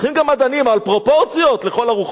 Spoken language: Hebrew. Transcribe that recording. צריכים גם מדענים, אבל פרופורציות, לכל הרוחות.